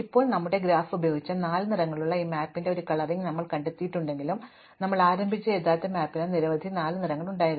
ഇപ്പോൾ ഞങ്ങളുടെ ഗ്രാഫ് ഉപയോഗിച്ച് നാല് നിറങ്ങളുള്ള ഈ മാപ്പിന്റെ ഒരു കളറിംഗ് ഞങ്ങൾ കണ്ടെത്തിയിട്ടുണ്ടെങ്കിലും ഞങ്ങൾ ആരംഭിച്ച യഥാർത്ഥ മാപ്പിന് നിരവധി നാല് നിറങ്ങൾ ഉണ്ടായിരുന്നു